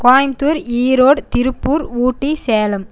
Coimbatore Erode Tiruppur Ooty Salem